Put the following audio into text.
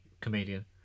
comedian